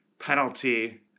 penalty